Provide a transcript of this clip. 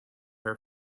her